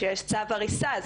כשיש צו הריסה,